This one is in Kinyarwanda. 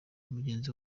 mugenzi